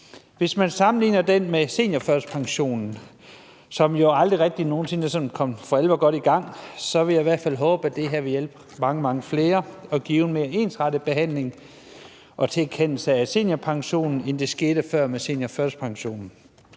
Hvis man sammenligner den med seniorførtidspensionen, som jo aldrig nogen sinde for alvor kom rigtig godt i gang, vil jeg sige, at jeg i hvert fald vil håbe, at det her vil hjælpe mange, mange flere og give en mere ensartet behandling og tilkendelse af seniorpension end det skete med seniorførtidspensionen.